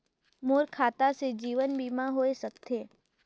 मोर खाता से जीवन बीमा होए सकथे?